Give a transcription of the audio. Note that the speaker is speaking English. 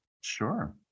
sure